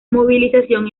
movilización